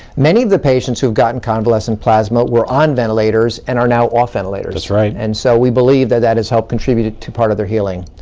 many of the patients who have gotten convalescent plasma were on ventilators and are now off ventilators. that's right. and so we believe that that has helped contributed to part of their healing.